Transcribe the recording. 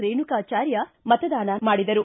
ರೇಣುಕಾಚಾರ್ಯ ಮತದಾನ ಮಾಡಿದರು